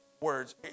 words